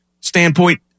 standpoint